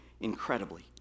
incredibly